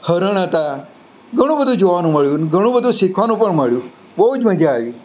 હરણ હતાં ઘણું બધું જોવાનું મળ્યું ને ઘણું બધું શીખવાનું પણ મળ્યું બહુ જ મજા આવી